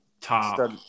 top